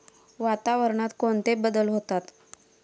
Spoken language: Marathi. वातावरणात कोणते बदल होतात?